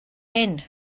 hyn